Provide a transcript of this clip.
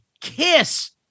Kiss